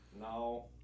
No